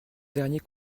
dernier